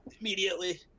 immediately